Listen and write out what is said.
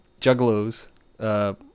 juggalos